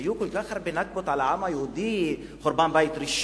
היו כל כך הרבה "נכבות" על היהודי: חורבן בית ראשון,